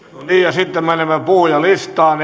sitten menemme puhujalistaan